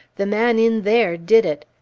the man in there did it,